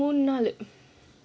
ஒரு நாள்:oru naal